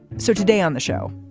so today on the show,